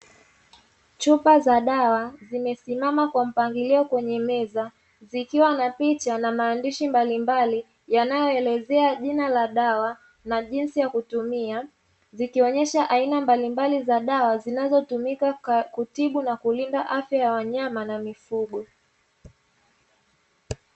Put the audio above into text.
Chupa za dawa zimesimama kwenye mpangilio kwenye meza, zikiwa na picha na maandishi mbalimbali, yanayo elezea jina la dawa na jinsi ya kutumia. Zikionyesha aina mbalimbali za dawa zinazotumika kutibu na kulinda afya ya wanyama na mifugo.